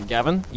Gavin